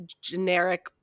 generic